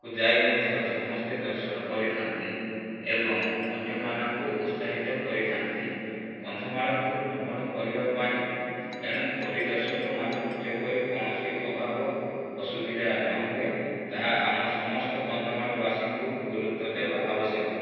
କୁ ଯାଇ ମଧ୍ୟ ସମସ୍ତେ ଦର୍ଶନ କରିଥାନ୍ତି ଏବଂ ଅନ୍ୟମାନଙ୍କୁ ଉତ୍ସାହିତ କରିଥାନ୍ତି କନ୍ଧମାଳକୁ ଭ୍ରମଣ କରିବାପାଇଁ ଏଣୁ ପରିଦର୍ଶକ ମାନଙ୍କୁ ଯେପରି କୌଣସି ଅଭାବ ଅସୁବିଧା ନ ହୁଏ ତାହା ଆମ ସମସ୍ତ କନ୍ଧମାଳବାସୀଙ୍କୁ ଗୁରୁତ୍ବ ଦେବା ଆବଶ୍ୟକ